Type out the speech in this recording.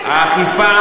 היסטוריות,